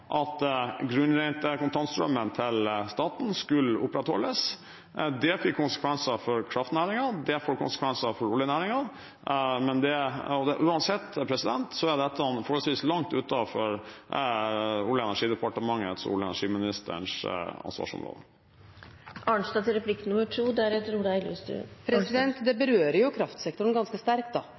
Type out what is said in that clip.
at grunnrenten i kontantstrømmen til staten skulle opprettholdes. Det fikk konsekvenser for kraftnæringen. Det får konsekvenser for oljenæringen. Uansett er dette forholdsvis langt utenfor Olje- og energidepartementets og olje- og energiministerens ansvarsområde. Det berører jo kraftsektoren ganske sterkt. Jeg må få lov til å si det.